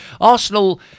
Arsenal